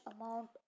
amount